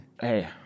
Hey